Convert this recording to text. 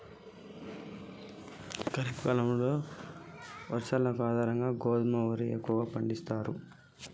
ఖరీఫ్ కాలం వర్ష ఋతువుల్లో వచ్చే పంటకు అనుకూలం వరి గోధుమ ఎక్కువ పండిస్తారట